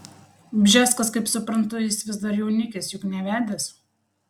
bžeskas kaip suprantu jis vis dar jaunikis juk nevedęs